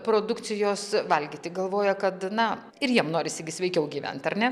produkcijos valgyti galvoja kad na ir jiem norisi gi sveikiau gyvent ar ne